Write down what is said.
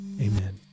amen